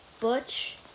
butch